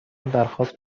درخواست